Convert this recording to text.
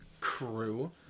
crew